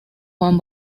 juan